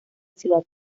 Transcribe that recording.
ciudad